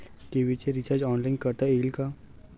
TV चे recharge online करता येईल का?